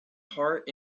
heart